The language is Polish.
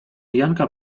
janka